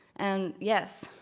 and yes,